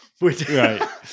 Right